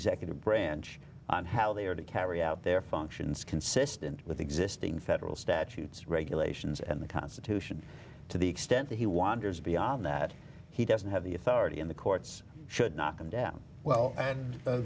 executive branch on how they are to carry out their functions consistent with existing federal statutes regulations and the constitution to the extent that he wanders beyond that he doesn't have the authority in the courts should knock him down well